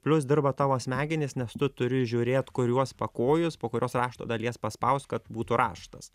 plius dirba tavo smegenys nes tu turi žiūrėt kuriuos pakojus po kurios rašto dalies paspaust kad būtų raštas